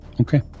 Okay